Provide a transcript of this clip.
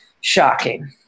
shocking